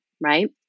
Right